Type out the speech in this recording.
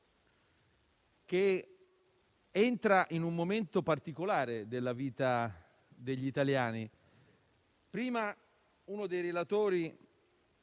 che entra in un momento particolare della vita degli italiani. Prima uno dei relatori,